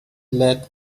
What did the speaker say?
let